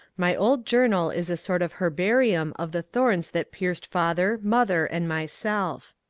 my old journal is a sort of herbarium of the thorns that pierced father, mother, and myself.